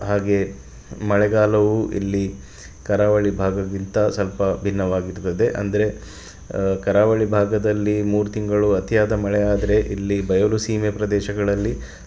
ಹಾಗೆ ಮಳೆಗಾಲವು ಇಲ್ಲಿ ಕರಾವಳಿ ಭಾಗಕ್ಕಿಂತ ಸ್ವಲ್ಪ ಭಿನ್ನವಾಗಿರ್ತದೆ ಅಂದರೆ ಕರಾವಳಿ ಭಾಗದಲ್ಲಿ ಮೂರು ತಿಂಗಳು ಅತಿಯಾದ ಮಳೆ ಆದರೆ ಇಲ್ಲಿ ಬಯಲುಸೀಮೆ ಪ್ರದೇಶಗಳಲ್ಲಿ